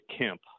Kemp